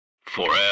forever